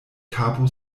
kapo